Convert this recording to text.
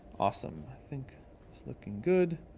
awesome! i think it's looking good.